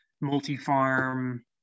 multi-farm